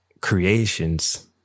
creations